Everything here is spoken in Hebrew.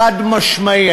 חד-משמעי.